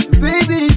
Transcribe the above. baby